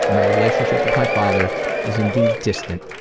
and my relationship with my father is indeed distant,